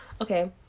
Okay